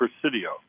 Presidio